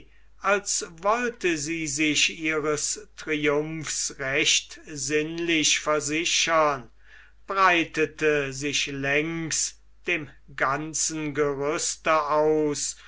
als wollte sie sich ihres triumphs recht sinnlich versichern breitete sich längs dem ganzen gerüste aus